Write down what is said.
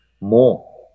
more